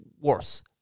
worse